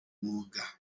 mwuga